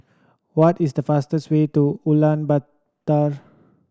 what is the fastest way to Ulaanbaatar